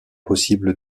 possible